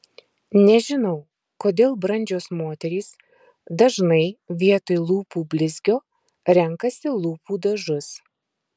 nežinau kodėl brandžios moterys dažnai vietoj lūpų blizgio renkasi lūpų dažus